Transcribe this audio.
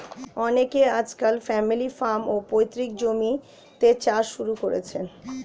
অনেকে আজকাল family farm, বা পৈতৃক জমিতে চাষ শুরু করেছেন